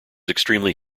extremely